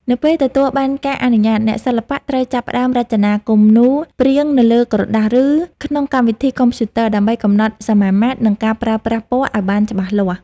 នៅពេលទទួលបានការអនុញ្ញាត អ្នកសិល្បៈត្រូវចាប់ផ្ដើមរចនាគំនូរព្រាងនៅលើក្រដាស ឬក្នុងកម្មវិធីកុំព្យូទ័រ ដើម្បីកំណត់សមាមាត្រ និងការប្រើប្រាស់ពណ៌ឱ្យបានច្បាស់លាស់។